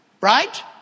right